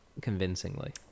convincingly